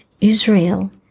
Israel